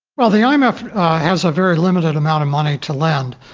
well the um imf has a very limited amount of money to lend,